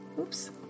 Oops